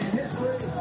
history